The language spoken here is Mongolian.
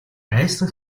айсан